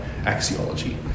axiology